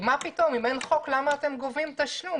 מה פתאום, אם אין חוק, למה אתם גובים תשלום?